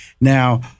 Now